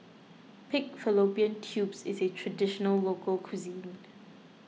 Pig Fallopian Tubes is a Traditional Local Cuisine